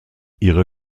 ihre